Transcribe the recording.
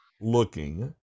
looking